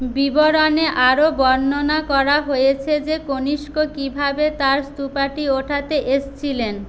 বিবরণে আরও বর্ণনা করা হয়েছে যে কনিষ্ক কীভাবে তার স্তুপটি ওঠাতে এসছিলেন